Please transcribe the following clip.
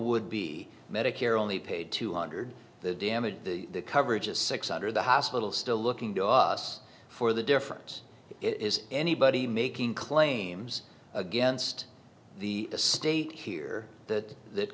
would be medicare only paid two hundred the damage the coverage is six hundred the hospital still looking to us for the difference is anybody making claims against the state here that that